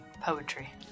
poetry